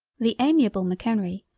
the amiable m'kenrie,